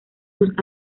sus